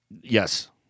Yes